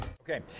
Okay